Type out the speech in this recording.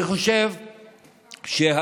אני חושב שאנחנו,